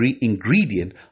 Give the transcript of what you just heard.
ingredient